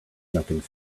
nothing